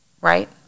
right